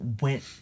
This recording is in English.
went